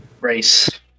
race